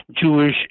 Jewish